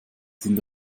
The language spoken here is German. sind